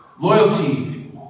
loyalty